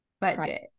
budget